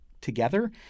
together